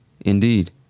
Indeed